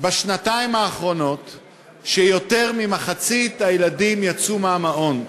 בשנתיים האחרונות הוא שיותר ממחצית הילדים יצאו מהמעון,